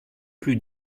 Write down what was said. plus